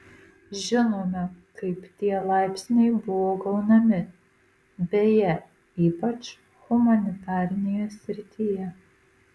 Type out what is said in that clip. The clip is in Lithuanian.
žinome kaip tie laipsniai buvo gaunami beje ypač humanitarinėje srityje